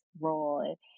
role